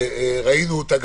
גם ראינו אותה,